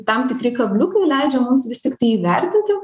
tam tikri kabliukai leidžia mums vis tiktai įvertinti